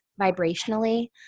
vibrationally